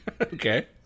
Okay